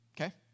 Okay